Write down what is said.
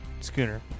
Schooner